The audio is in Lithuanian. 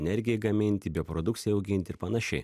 energijai gaminti bioprodukcijai auginti ir panašiai